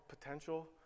potential